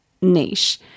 niche